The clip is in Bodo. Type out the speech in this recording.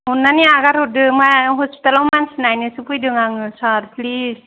अननानै हगार हरदो मायाव हस्पिटालाव मानसि नायनोसो फैदों आं सार प्लिज